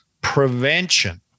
prevention